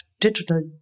digital